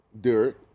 Derek